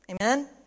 amen